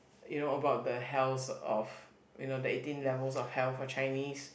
you know about the hells of you know the eighteen levels of hell for Chinese